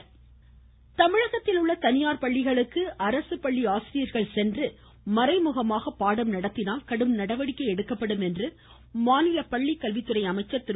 மமம செங்கோட்டையன் தமிழகத்தில் உள்ள தனியார் பள்ளிகளுக்கு அரசு பள்ளி ஆசிரியர்கள் சென்று மறைமுகமாக பாடம் நடத்தினால் கடும் நடவடிக்கை எடுக்கப்படும் என மாநில பள்ளிக்கல்வித்துறை அமைச்சர் திரு